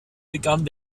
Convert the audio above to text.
begann